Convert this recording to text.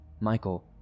Michael